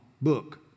book